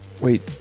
Wait